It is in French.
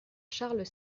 charles